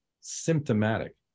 symptomatic